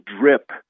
drip